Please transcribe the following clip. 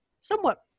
somewhat